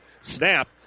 Snap